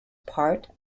part